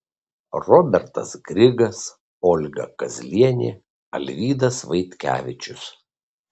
robertas grigas olga kazlienė alvydas vaitkevičius